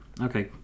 Okay